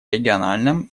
региональном